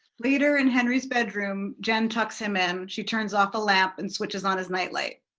later in henry's bedroom jen tucks him in. she turns off a lamp and switches on his nightlight.